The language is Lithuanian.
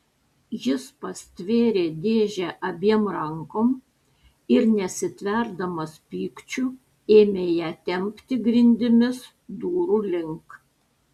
jis pastvėrė dėžę abiem rankom ir nesitverdamas pykčiu ėmė ją tempti grindimis durų link